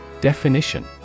Definition